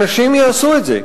אנשים יעשו את זה,